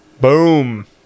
Boom